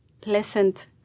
pleasant